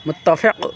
متفق